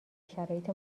شرایط